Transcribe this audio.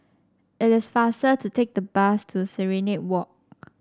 it is faster to take the bus to Serenade Walk